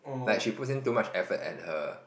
like she puts in too much effort at her